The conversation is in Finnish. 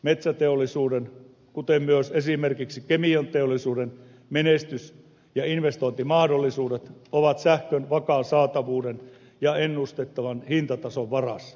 metsäteollisuuden kuten myös esimerkiksi kemianteollisuuden menestys ja investointimahdollisuudet ovat sähkön vakaan saatavuuden ja ennustettavan hintatason varassa